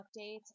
updates